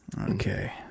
okay